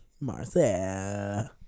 Marcel